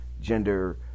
gender